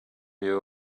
you